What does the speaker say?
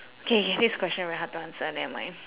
K this question very hard to answer never mind